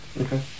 Okay